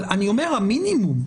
אבל המינימום,